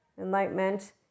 enlightenment